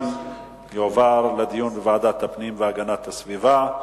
תועבר לדיון בוועדת הפנים והגנת הסביבה.